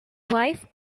wife